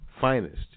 finest